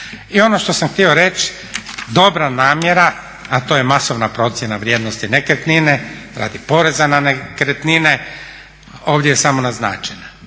I ono što sam htio reći, dobra namjera a to je masovna procjena vrijednosti nekretnine radi poreza na nekretnine ovdje je samo naznačena.